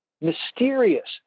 mysterious